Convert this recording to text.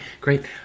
great